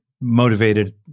motivated